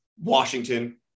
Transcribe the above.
Washington